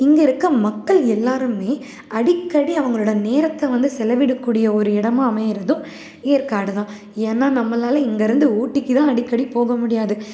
இங்கே இருக்கற மக்கள் எல்லாரும் அடிக்கடி அவங்களோட நேரத்தை வந்து செலவிடக்கூடிய ஒரு இடமாக அமைகிறதும் ஏற்காடுதான் ஏன்னா நம்மளால் இங்கேருந்து ஊட்டிக்கு தான் அடிக்கடி போக முடியாது